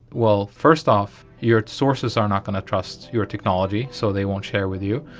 well, first off, your sources are not going to trust your technology, so they won't share with you,